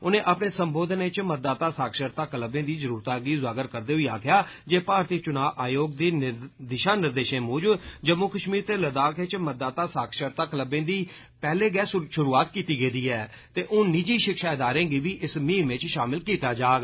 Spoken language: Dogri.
उनें अपने संबोधन इच मतदाता साक्षरता कल्बें दी जरूरता गी उजागर करदे होई आक्खेआ जे भारती चुनाव आयोग दे दिषा निर्देषें मुजब जम्मू कष्मीर ते लद्दाख इच मतदाता साक्षरता क्लबें दी पैह्ले गै षुरूआत कीती गेदी ऐ ते हुन निजी षिक्षा ईदारें गी बी इस मुहिम इच षामिल कीता जाग